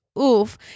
oof